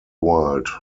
world